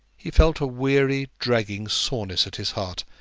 he felt a weary, dragging soreness at his heart,